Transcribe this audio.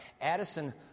Addison